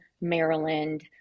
Maryland